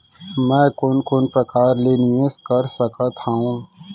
मैं कोन कोन प्रकार ले निवेश कर सकत हओं?